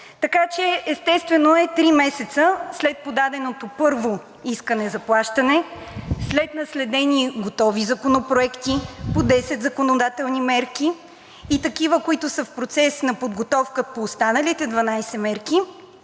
Естествено е три месеца след подаденото първо искане за плащане, след наследени готови законопроекти по 10 законодателни мерки и такива, които са в процес на подготовка по останалите 12 мерки,